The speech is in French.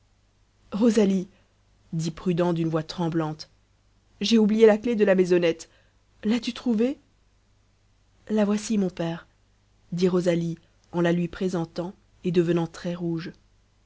rosalie dit prudent d'une voix tremblante j'ai oublié la clef de la maisonnette l'as-tu trouvée la voici mon père dit rosalie en la lui présentant et devenant très rouge